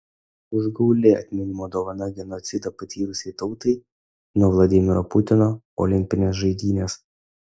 užgauli atminimo dovana genocidą patyrusiai tautai nuo vladimiro putino olimpinės žaidynės